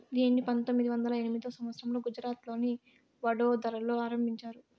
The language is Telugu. దీనిని పంతొమ్మిది వందల ఎనిమిదో సంవచ్చరంలో గుజరాత్లోని వడోదరలో ఆరంభించారు